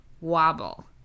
wobble